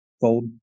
fold